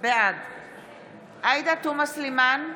בעד עאידה תומא סלימאן,